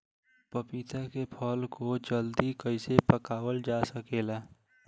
पपिता के फल को जल्दी कइसे पकावल जा सकेला?